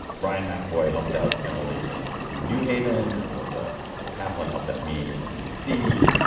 ryan mcevoy helped out emily in new haven. melissa kaplan helped me in d c.